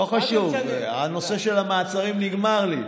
לא חשוב, הנושא של המעצרים נגמר לי.